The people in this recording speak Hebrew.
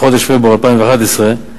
בחודש פברואר 2011,